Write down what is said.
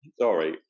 Sorry